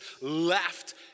left